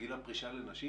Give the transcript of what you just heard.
גיל הפרישה לנשים